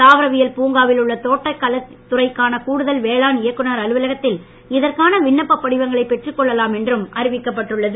தாவரவியல் பூங்காவில் உள்ள தோட்டக்கலைதுறைக்கான கூடுதல் வேளாண் இயக்குநர் அலுவலகத்தில் இதற்கான விண்ணப்பப் படிவங்களை பெற்று கொள்ளலாம் என்றும் அறிவிக்கப்பட்டுள்ளது